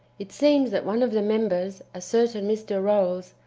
it seems that one of the members, a certain mr. rolls,